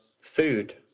Food